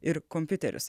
ir kompiuterius